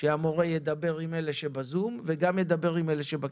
שהמורה ידבר עם אלו שבזום וגם ידבר עם אלו שבכיתה.